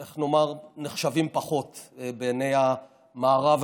איך נאמר, נחשבים פחות בעיני המערב-אירופים,